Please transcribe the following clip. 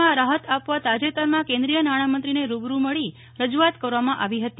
માં રાહત આપવા તાજેતરમાં કેન્દ્રીય નાણામંત્રીને રૂબરૂ મળી રજૂઆત કરવામાં આવી હતી